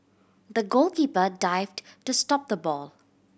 the goalkeeper dived to stop the ball